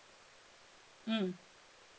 mm